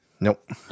nope